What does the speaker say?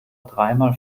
dreimal